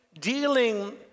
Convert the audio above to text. dealing